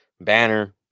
banner